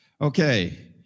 Okay